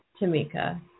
tamika